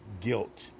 guilt